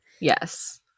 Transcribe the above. Yes